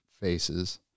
faces